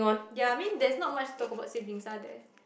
ya I mean there's not much to talk about siblings are there